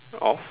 of